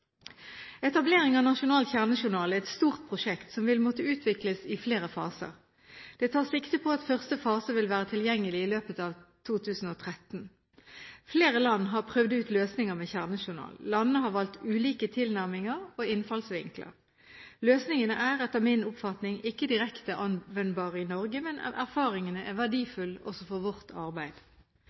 Etablering av nasjonal kjernejournal er et stort prosjekt som vil måtte utvikles i flere faser. Det tas sikte på at første fase vil være tilgjengelig i løpet av 2013. Flere land har prøvd ut løsninger med kjernejournal. Landene har valgt ulike tilnærminger og innfallsvinkler. Løsningene er, etter min oppfatning, ikke direkte anvendbare i Norge, men erfaringene er verdifulle også for vårt arbeid.